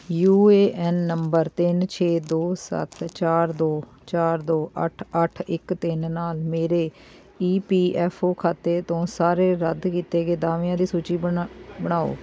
you A N ਨੰਬਰ ਤਿੰਨ ਛੇ ਦੋ ਸੱਤ ਚਾਰ ਦੋ ਚਾਰ ਦੋ ਅੱਠ ਅੱਠ ਇੱਕ ਤਿੰਨ ਨਾਲ ਮੇਰੇ ਈ ਪੀ ਐੱਫ ਓ ਖਾਤੇ ਤੋਂ ਸਾਰੇ ਰੱਦ ਕੀਤੇ ਗਏ ਦਾਅਵਿਆਂ ਦੀ ਸੂਚੀ ਬਣਾ ਬਣਾਓ